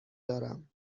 دارم